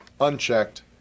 unchecked